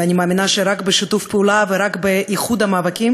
אני מאמינה שרק בשיתוף פעולה ורק באיחוד המאבקים